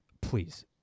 please